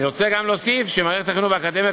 אני רוצה גם להוסיף שמערכת החינוך והאקדמיה